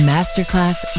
Masterclass